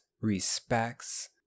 respects